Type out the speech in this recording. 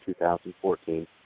2014